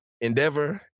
Endeavor